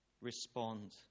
respond